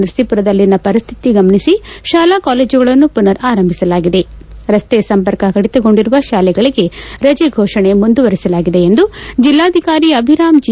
ನರಸಿಪುರದಲ್ಲಿನ ಪರಿಸ್ಟಿತಿ ಗಮನಿಸಿ ಶಾಲಾ ಕಾಲೇಜುಗಳನ್ನು ಮನರ್ ಆರಂಭಸಲಾಗಿದೆ ರಸ್ತೆ ಸಂಪರ್ಕ ಕಡಿತಗೊಂಡಿರುವ ಶಾಲೆಗಳಿಗೆ ರಜೆ ಘೋಷಣೆ ಮುಂದುವರಿಸಲಾಗಿದೆ ಎಂದು ಜಿಲ್ಲಾಧಿಕಾರಿ ಅಭಿರಾಂ ಜಿ